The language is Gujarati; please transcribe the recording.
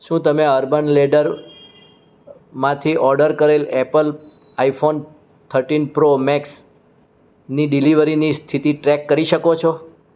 શું તમે અર્બન લેડર માંથી ઓર્ડર કરેલ એપલ આઇફોન થર્ટીન પ્રો મેક્સની ડિલિવરીની સ્થિતિ ટ્રેક કરી શકો છો